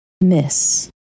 Miss